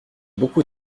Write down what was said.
beaucoup